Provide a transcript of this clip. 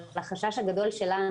אבל החשש הגדול שלנו,